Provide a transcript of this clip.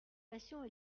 passions